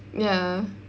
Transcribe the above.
ya